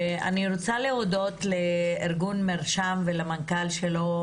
אני רוצה להודות לארגון מרשם ולמנכ"ל שלו,